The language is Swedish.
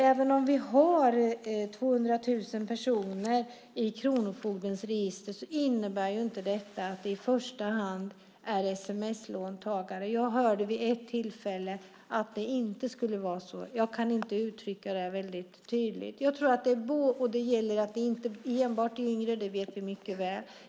Även om vi har 200 000 personer i kronofogdens register innebär inte detta att det i första hand är sms-låntagare. Jag hörde vid ett tillfälle att det inte skulle vara så. Jag kan inte uttrycka det väldigt tydligt. Vi vet mycket väl att det inte enbart är yngre.